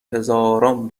هزاران